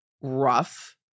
rough